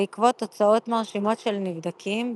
בעקבות תוצאות מרשימות של נבדקים,